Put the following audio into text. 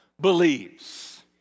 believes